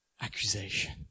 accusation